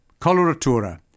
Coloratura